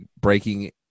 breaking